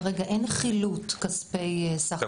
אין כרגע חילוט כספי סחר נשק.